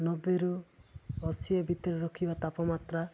ନବେରୁ ଅଶି ଏ ଭିତରେ ରଖିବା ତାପମାତ୍ରା